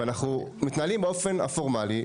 ואנחנו מתנהלים באופן פורמלי,